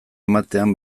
ematean